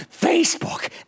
Facebook